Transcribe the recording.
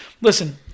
listen